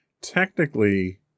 technically